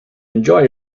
enjoy